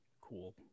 Cool